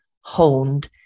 honed